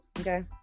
okay